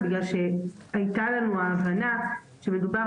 בגלל שהייתה לנו הבנה שמדובר